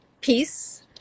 peace